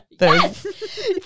Yes